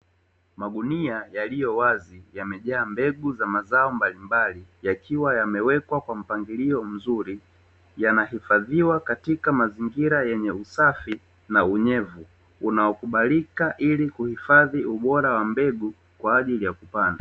Magunia yaliyowazi yamejaa mbegu za mazao mbalimbali yakiwa yamewekwa kwa mpangilio mzuri, yanahifadhiwa katika mazingira yenye usafi na unyevu unaokubalika ili kuhifadhi ubora wa mbegu kwa ajili ya kupanga.